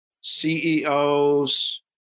CEOs